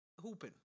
hooping